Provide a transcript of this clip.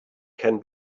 can